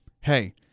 Hey